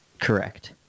Correct